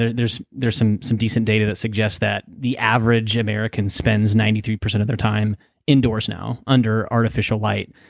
and there's there's some some decent data that suggests that the average american spends ninety three percent of their time in doors now, under artificial light.